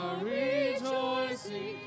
rejoicing